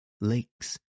lakes